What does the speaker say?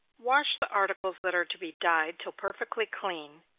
wash the articles that are to be dyed till perfectly clean,